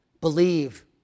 Believe